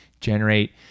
generate